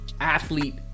athlete